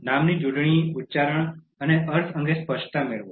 નામના જોડણી ઉચ્ચારણ અને અર્થ અંગે સ્પષ્ટતા મેળવો